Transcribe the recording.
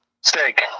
Steak